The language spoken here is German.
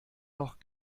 noch